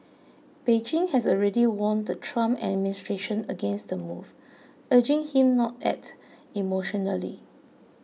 Beijing has already warned the Trump administration against the move urging him not act emotionally